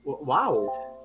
Wow